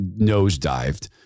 nosedived